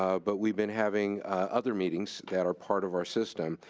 ah but we've been having other meetings that are part of our system.